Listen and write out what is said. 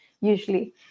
usually